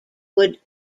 would